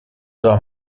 два